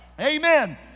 Amen